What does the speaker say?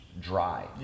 dry